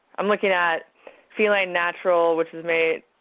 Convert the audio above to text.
i'm looking at feline natural which was made,